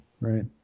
right